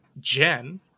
Jen